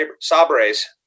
Sabres